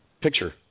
picture